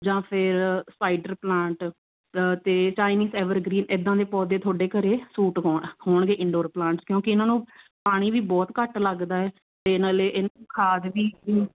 ਜਾਂ ਫਿਰ spider plant ਅਤੇ ਚਾਇਨੀਜ਼ ਐਵਰਗਰੀਨ ਇੱਦਾਂ ਦੇ ਪੌਦੇ ਤੁਹਾਡੇ ਘਰੇ ਸੂਟ ਹੋਣ ਹੋਣਗੇ ਇੰਡੋਰ ਪਲਾਂਟਸ ਕਿਉਂਕਿ ਇਹਨਾਂ ਨੂੰ ਪਾਣੀ ਵੀ ਬਹੁਤ ਘੱਟ ਲੱਗਦਾ ਹੈ ਅਤੇ ਨਾਲੇ ਇਹਨੂੰ ਖਾਦ ਵੀ